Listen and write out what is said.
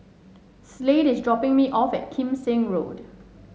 Slade is dropping me off at Kim Seng Road